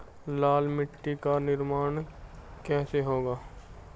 लाल मिट्टी का निर्माण कैसे होता है?